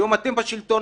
היום אתם בשלטון,